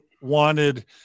wanted